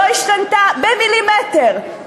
בזמן שכל השקרים האלה נועדו להסתיר מדיניות שלא השתנתה במילימטר,